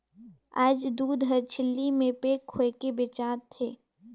आयज दूद हर झिल्ली में पेक होयके बेचा थे